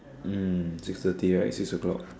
mm six thirty right six o-clock